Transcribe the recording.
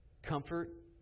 Comfort